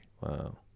Wow